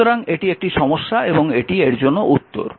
সুতরাং এটি একটি সমস্যা এবং এটি এর জন্য উত্তর